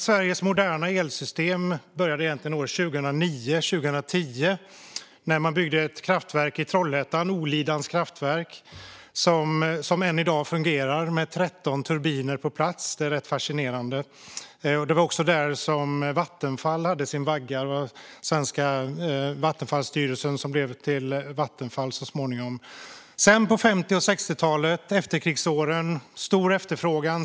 Sveriges moderna elsystem började egentligen åren 1909-1910, då man byggde ett kraftverk i Trollhättan, Olidans kraftverk, som än i dag fungerar med 13 turbiner på plats. Det är rätt fascinerande. Det var också där som Vattenfall hade sin vagga. Svenska vattenfallsstyrelsen blev Vattenfall så småningom. Sedan, på 50 och 60-talen, efterkrigsåren, var det stor efterfrågan.